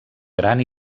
gran